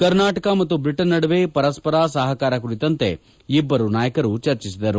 ಕರ್ನಾಟಕ ಮತ್ತು ಬ್ರಿಟನ್ ನಡುವೆ ಪರಸ್ಪರ ಸಹಕಾರ ಕುರಿತಂತೆ ಇಬ್ಬರೂ ನಾಯಕರು ಚರ್ಚಿಸಿದರು